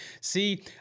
See